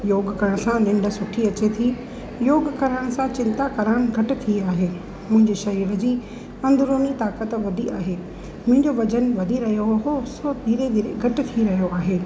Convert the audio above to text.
योगु करण सां निन्ड सुठी अचे थी योगु करण सां चिंता करणु घटि थी आहे मुंहिंजे शरीर जी अंदरूनी ताक़त वधी आहे मुंहिंजो वजनु जेको वधी रहियो हो सो धीरे धीरे घटि थी रहियो आहे